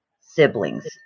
siblings